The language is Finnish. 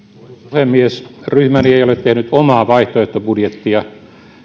puhemies ryhmäni ei ole tehnyt omaa vaihtoehtobudjettia